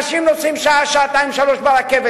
ולשם אנשים נוסעים שעה, שעתיים, שלוש שעות ברכבת.